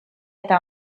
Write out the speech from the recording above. eta